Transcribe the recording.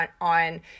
on